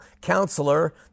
Counselor